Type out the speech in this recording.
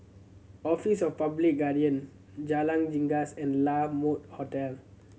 Office of Public Guardian Jalan Janggus and La Mode Hotel